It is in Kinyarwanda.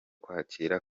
kwakira